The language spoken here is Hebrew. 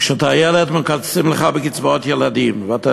כשאתה ילד מקצצים לך בקצבאות הילדים ואתה